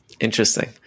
Interesting